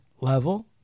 level